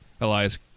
Elias